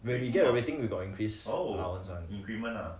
when we got the rating we got increase allowance one